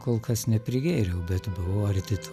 kol kas neprigėriau bet buvau arti to